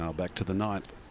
um back to the ninth.